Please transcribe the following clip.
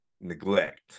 neglect